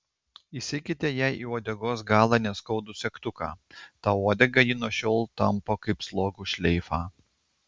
įsekite jai į uodegos galą neskaudų segtuką tą uodegą ji nuo šiol tampo kaip slogų šleifą